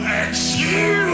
excuse